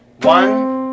one